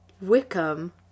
Wickham